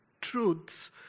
truths